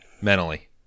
Mentally